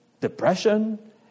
depression